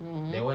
mmhmm